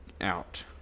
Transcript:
out